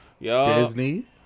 Disney